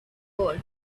world